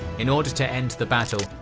in order to end the battle,